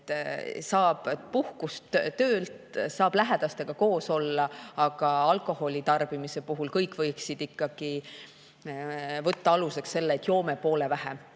saab puhkust töölt, saab lähedastega koos olla. Alkoholi tarbimise puhul võiksid kõik ikkagi võtta aluseks selle, et joome poole vähem.